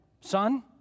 son